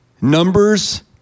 Numbers